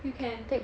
you can